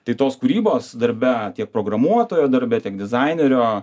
tai tos kūrybos darbe tiek programuotojo darbe tiek dizainerio